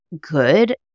good